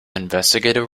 investigative